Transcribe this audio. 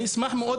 אני אשמח מאוד,